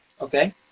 okay